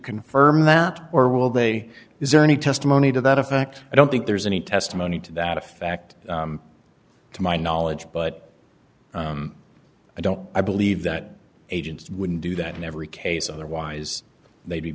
confirm that or will they is there any testimony to that effect i don't think there's any testimony to that effect to my knowledge but i don't i believe that agents wouldn't do that in every case otherwise they'd be